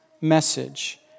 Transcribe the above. message